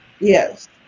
Yes